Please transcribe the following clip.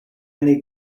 need